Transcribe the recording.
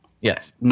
Yes